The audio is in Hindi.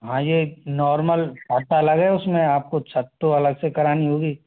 हाँ ये नॉर्मल खर्चा लगे उसमें आपको छत तो अलग से करानी होगी